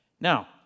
Now